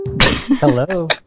Hello